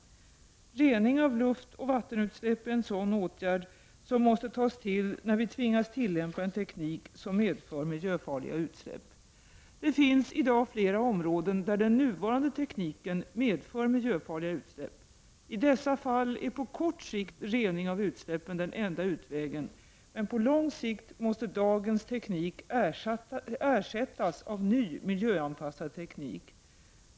Rening av luft eller vattenutsläpp är en åtgärd som måste tas till när vi tvingas tillämpa en teknik som medför miljöfarliga utsläpp. Det finns i dag flera områden där den nuvarande tekniken medför miljöfarliga utsläpp. I dessa fall är på kort sikt rening av utsläppen den enda utvägen. Men på lång sikt måste dagens teknik ersättas av ny miljöanpassad teknik.